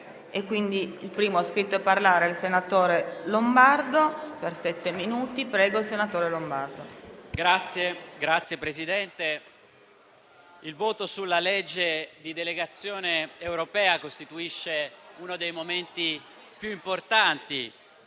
disegno di legge di delegazione europea costituisce uno dei momenti più importanti